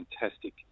fantastic